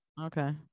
Okay